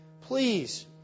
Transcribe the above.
please